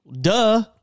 duh